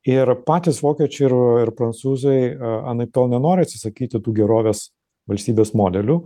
ir patys vokiečiai ir ir prancūzai anaiptol nenori atsisakyti tų gerovės valstybės modelių